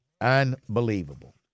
unbelievable